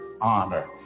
honor